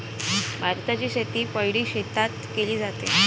भाताची शेती पैडी शेतात केले जाते